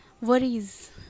worries